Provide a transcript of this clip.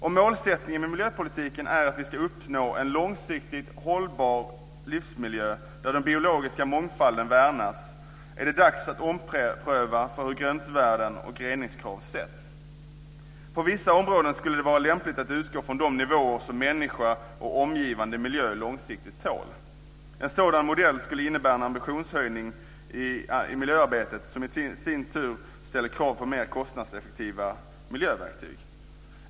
Om målsättningen med miljöpolitiken är att vi ska uppnå en långsiktigt hållbar livsmiljö där den biologiska mångfalden värnas är det dags att ompröva för hur gränsvärden och reningskrav sätts. På vissa områden skulle det vara lämpligt att utgå från de nivåer som människa och omgivande miljö långsiktigt tål. En sådan modell skulle innebära en ambitionshöjning i miljöarbetet som i sin tur ställer krav på mer kostnadseffektiva miljöverktyg.